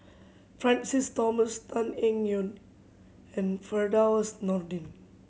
Francis Thomas Tan Eng Yoon and Firdaus Nordin